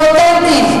הם אותנטיים.